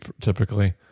typically